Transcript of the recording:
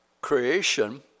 creation